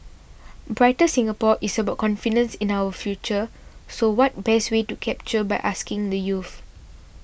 brighter Singapore is about confidence in our future so what best way to capture by asking the youth